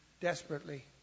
desperately